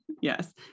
yes